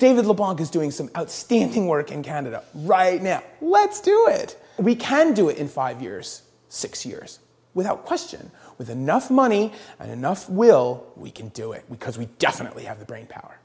is doing some outstanding work in canada right now let's do it we can do it in five years six years without question with the nuff money enough we'll we can do it because we definitely have the brain power